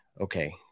okay